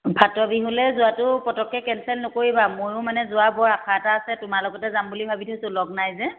ভাত বিহুলে যোৱাটো পটককে কেনচেল নকৰিবা ময়ো মানে যোৱা বৰ আশা এটা আছে তোমাৰ লগতে যাম বুলি ভাবি থৈছোঁ লগ নাই যে